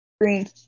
Green